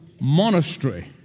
monastery